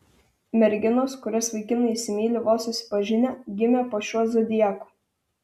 merginos kurias vaikinai įsimyli vos susipažinę gimė po šiuo zodiaku